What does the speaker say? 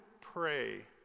pray